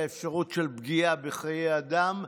האפשרות של פגיעה בחיי אדם.